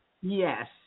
Yes